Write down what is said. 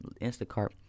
Instacart